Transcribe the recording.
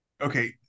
okay